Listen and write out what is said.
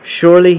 Surely